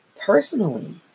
Personally